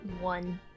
one